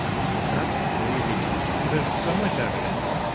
that's crazy. so there's so much evidence,